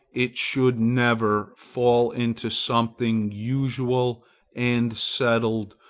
it should never fall into something usual and settled,